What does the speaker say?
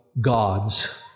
God's